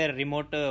remote